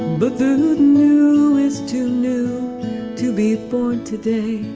but the new is too new to be born today